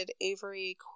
Avery